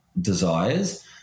desires